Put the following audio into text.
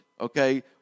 Okay